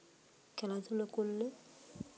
খেলাধুলো করলে